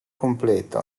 completo